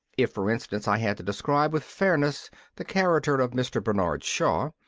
if, for instance, i had to describe with fairness the character of mr. bernard shaw,